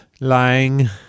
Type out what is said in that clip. lying